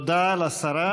תודה לשרה.